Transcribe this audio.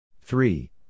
Three